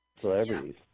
Celebrities